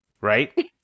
Right